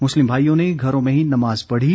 मुस्लिम भाईयों ने घरों में ही नमाज पढ़ी